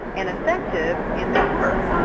and effective in their work.